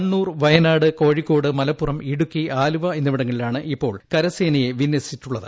കണ്ണൂർവയനാട് കോഴിക്കോട് മലപ്പുറം ഇടുക്കി ആലുവ എന്നിവിടങ്ങളിലാണ് ഇപ്പോൾ കരസേനയെ വിന്യസിച്ചിട്ടുള്ളത്